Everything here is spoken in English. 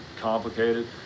complicated